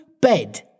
bed